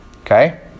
Okay